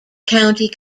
county